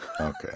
Okay